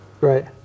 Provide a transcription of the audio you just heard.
Right